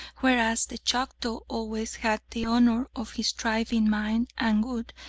whereas the chactaw always had the honour of his tribe in mind, and would,